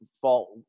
fault